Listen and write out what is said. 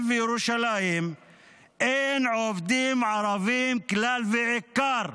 וירושלים אין עובדים ערבים כלל ועיקר,